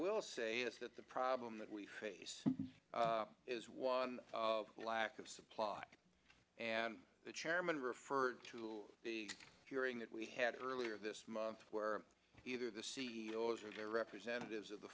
will say is that the problem that we face is one of lack of supply and the chairman referred to the hearing that we had earlier this month where either the c e o s or their representatives of the